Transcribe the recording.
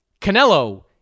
Canelo